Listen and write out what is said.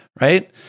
right